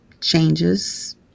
changes